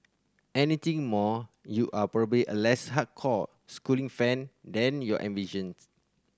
anything more you are probably a less hardcore Schooling fan than you envisions